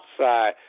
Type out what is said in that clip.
outside